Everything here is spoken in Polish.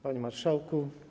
Panie Marszałku!